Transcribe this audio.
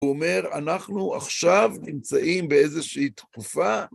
הוא אומר, אנחנו עכשיו נמצאים באיזושהי תקופה.